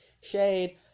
Shade